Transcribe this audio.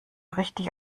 richtig